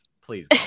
please